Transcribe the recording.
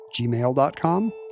gmail.com